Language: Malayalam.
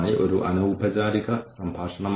എത്ര പേർ പരിപാടികളിൽ പങ്കെടുത്തു